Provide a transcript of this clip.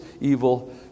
evil